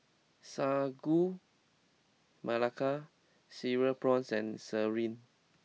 Sagu Melaka Cereal Prawns and Sireh